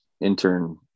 intern